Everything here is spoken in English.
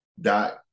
dot